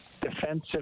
defensive